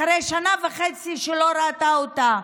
אחרי שנה וחצי שלא ראתה אותה,